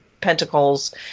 pentacles